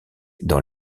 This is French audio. dans